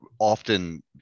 often